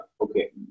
Okay